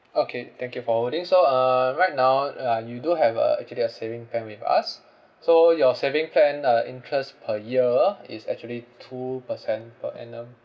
okay thank you for holding so uh right now uh ya you do have a actually a saving plan with us so your saving plan uh interest per year is actually two percent per annum